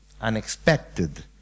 unexpected